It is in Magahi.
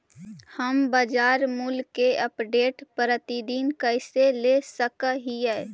हम बाजार मूल्य के अपडेट, प्रतिदिन कैसे ले सक हिय?